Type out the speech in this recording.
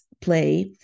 play